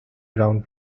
round